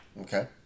Okay